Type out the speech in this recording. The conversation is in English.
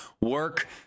work